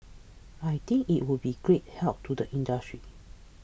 I think it will be a great help to the industry